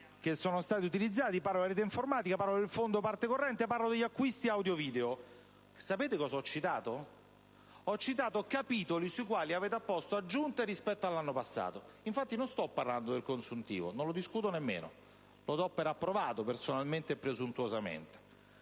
che sono stati utilizzati, della rete informatica, del fondo di parte corrente e degli acquisti audio-video. Sapete cosa ho citato? Capitoli sui quali avete apposto aggiunte rispetto all'anno passato. Non sto parlando, infatti, del consuntivo, che non discuto nemmeno, e che do per approvato personalmente e presuntuosamente,